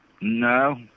no